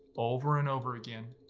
over and over again,